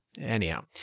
Anyhow